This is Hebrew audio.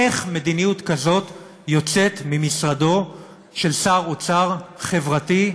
איך מדיניות כזאת יוצאת ממשרדו של שר אוצר חברתי,